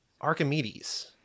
archimedes